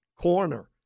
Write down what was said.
corner